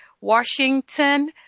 Washington